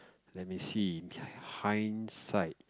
let me see hindsight